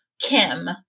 Kim